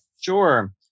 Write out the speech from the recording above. Sure